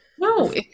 No